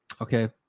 Okay